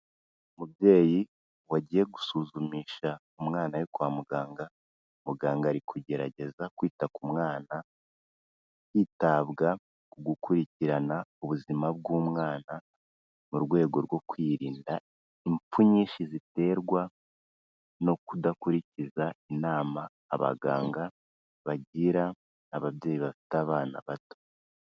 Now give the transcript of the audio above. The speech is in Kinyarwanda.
Umubyeyi wagiye gusuzumisha umwana we kwa muganga, muganga ari kugerageza kwita ku mwana hitabwa ku gukurikirana ubuzima bw'umwana mu rwego rwo kwirinda impfu nyinshi ziterwa no kudakurikiza inama abaganga bagira ababyeyi bafite abana bato.